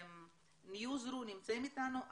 ניוזרו נמצאים איתנו?